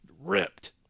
ripped